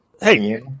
Hey